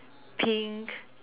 pink